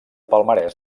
palmarès